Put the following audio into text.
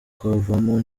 kuvamo